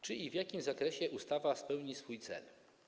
Czy i w jakim zakresie ustawa spełni swój cel?